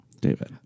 David